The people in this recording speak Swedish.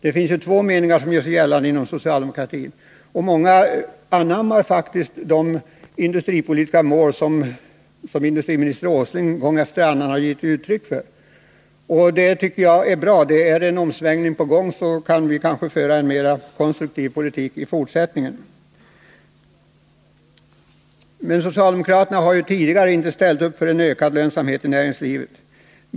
Det finns ju två meningar som gör sig gällande inom socialdemokratin, och många anammar faktiskt de industripolitiska mål som industriminister Åsling gång efter annan har givit uttryck för. Det tycker jag är bra. Är en omsvängning i gång, kan vi kanske föra en mera konstruktiv politik i fortsättningen. Socialdemokraterna har tidigare inte ställt upp för ökad lönsamhet i näringslivet.